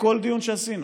בכל דיון שעשינו,